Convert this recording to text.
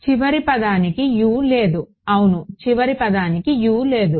చివరి పదానికి U లేదు అవును చివరి పదానికి U లేదు